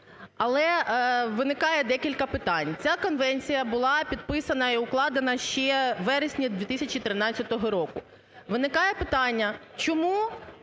Але виникає декілька питань, ця конвенція була підписана і укладена ще у вересні 2013 року. Виникає питання, чому